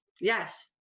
Yes